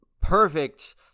perfect